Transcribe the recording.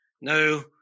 No